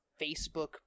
Facebook